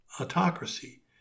autocracy